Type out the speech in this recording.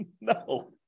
No